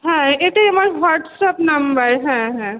হ্যাঁ এটাই আমার হোয়াটসঅ্যাপ নাম্বার হ্যাঁ হ্যাঁ